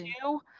two